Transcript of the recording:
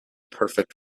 perfect